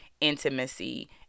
intimacy